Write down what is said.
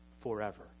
forever